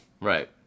Right